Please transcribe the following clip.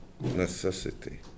necessity